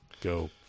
go